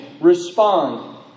respond